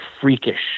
freakish